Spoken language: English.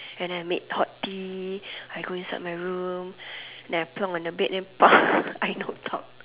and then I made hot tea I go inside my room then I on my bed I knocked out